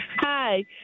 Hi